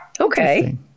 Okay